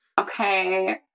Okay